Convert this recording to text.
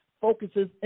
focuses